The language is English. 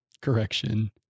correction